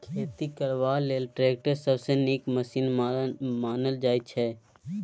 खेती करबा लेल टैक्टर सबसँ नीक मशीन मानल जाइ छै